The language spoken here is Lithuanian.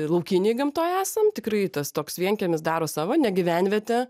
laukinėj gamtoj esam tikrai tas toks vienkiemis daro savo ne gyvenvietė